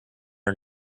are